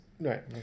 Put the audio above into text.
Right